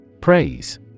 Praise